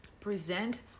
present